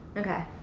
okay.